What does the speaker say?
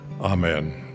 Amen